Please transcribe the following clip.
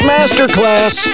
Masterclass